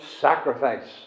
sacrifice